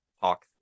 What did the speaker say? talk